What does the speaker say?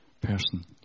person